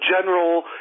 general